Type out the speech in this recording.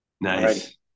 nice